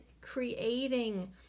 creating